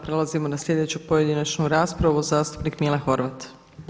Prelazimo na sljedeću pojedinačnu raspravu, zastupnik Mile Horvat.